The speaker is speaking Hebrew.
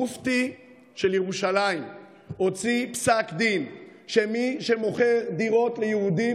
המופתי של ירושלים הוציא פסק דין שמי שמוכר דירות ליהודים,